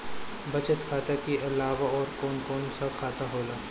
बचत खाता कि अलावा और कौन कौन सा खाता होला?